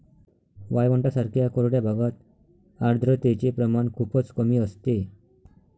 वाळवंटांसारख्या कोरड्या भागात आर्द्रतेचे प्रमाण खूपच कमी असते